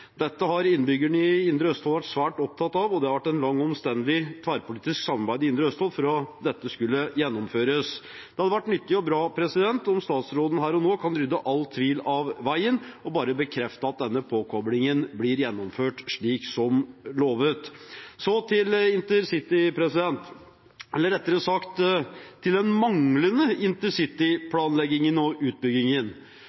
Dette har innbyggerne i indre Østfold vært svært opptatt av. Det har vært et langt og omstendelig tverrpolitisk samarbeid i indre Østfold for at dette skulle gjennomføres. Det hadde vært nyttig og bra om statsråden her og nå kan rydde all tvil av veien – og bare bekrefte at denne påkoblingen blir gjennomført, slik som lovet. Så til intercity – eller rettere sagt til den manglende